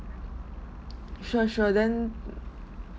sure sure then